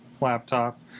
laptop